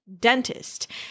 dentist